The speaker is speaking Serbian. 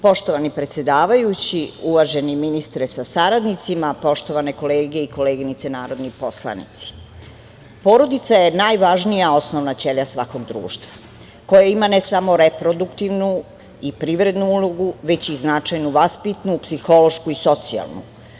Poštovani predsedavajući, uvaženi ministre sa saradnicima, poštovane kolege i koleginice narodni poslanici, porodica je najvažnija osnovna ćelija svakog društva koja ima ne samo reproduktivnu i privrednu ulogu, već i značajno vaspitnu, psihološku i socijalnu.